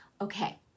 Okay